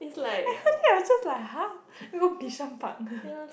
I heard then I was just like !huh! want go Bishan-Park